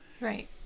right